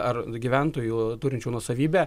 ar gyventojų turinčių nuosavybę